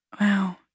wow